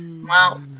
Wow